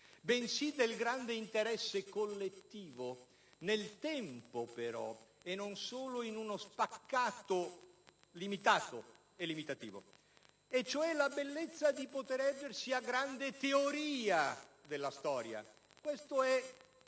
bensì del grande interesse collettivo, nel tempo, però, e non solo in uno spaccato limitato e limitativo: cioè la bellezza di poter ergersi a grande teoria della storia. Questo è